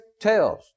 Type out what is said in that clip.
tells